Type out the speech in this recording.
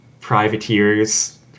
privateers